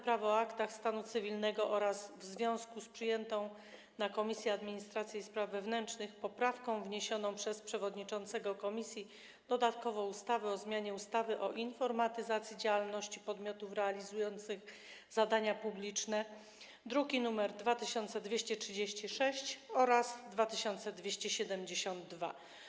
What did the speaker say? Prawo o aktach stanu cywilnego, a także w związku z przyjętą na posiedzeniu Komisji Administracji i Spraw Wewnętrznych poprawką wniesioną przez przewodniczącego komisji dodatkowo w sprawie ustawy o zmianie ustawy o informatyzacji działalności podmiotów realizujących zadania publiczne, druki nr 2236 oraz 2272.